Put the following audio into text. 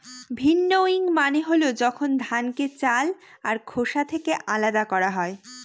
ভিন্নউইং মানে হল যখন ধানকে চাল আর খোসা থেকে আলাদা করা হয়